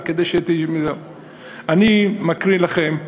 אני מקריא לכם.